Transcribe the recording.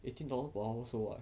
eighteen dollars per hour so what